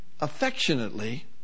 affectionately